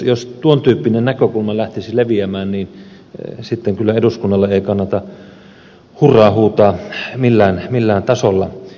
jos tuon tyyppinen näkökulma lähtisi leviämään niin sitten kyllä eduskunnalle ei kannata hurraata huutaa millään tasolla